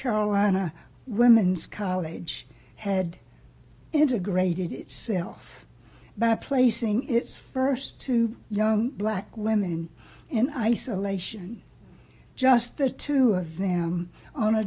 carolina women's college had integrated itself by placing its first two black women in isolation just the two of them on a